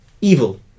evil